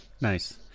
Nice